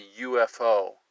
UFO